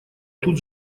тут